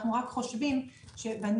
ואנחנו חושבים שזה צריך לחול גם וגם.